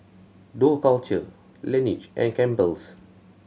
Dough Culture Laneige and Campbell's